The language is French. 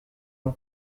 nom